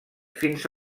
fins